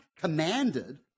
commanded